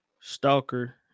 stalker